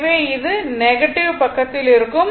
எனவே இது நெகட்டிவ் பக்கத்தில் இருக்கும்